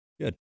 good